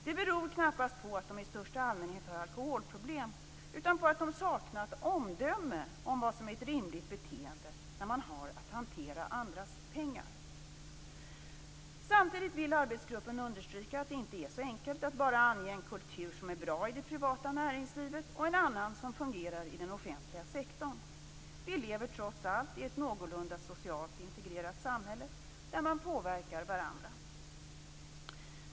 Detta beror knappast på att de i största allmänhet har alkoholproblem, utan på att de saknat omdöme om vad som är ett rimligt beteende när man har att hantera andras pengar. Samtidigt vill arbetsgruppen understryka att det inte är så enkelt att bara ange en kultur som är bra i det privata näringslivet och en annan som fungerar i den offentliga sektorn. Vi lever trots allt i ett någorlunda socialt integrerat samhälle där man påverkar varandra.